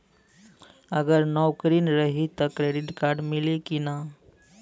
अगर नौकरीन रही त क्रेडिट कार्ड मिली कि ना?